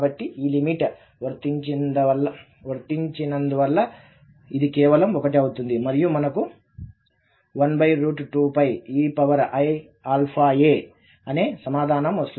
కాబట్టి ఈ లిమిట్ వర్తించినందువల్ల ఇది కేవలం 1 అవుతుంది మరియు మనకు 12eiαa అనే సమాధానం వస్తుంది